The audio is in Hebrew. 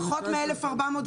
פחות מ-1,400,